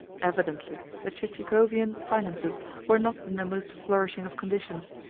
evidently the chichikovian finances were not in the most flourishing of conditions.